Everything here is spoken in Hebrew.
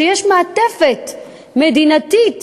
שיש מעטפת מדינתית,